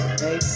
hey